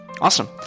Awesome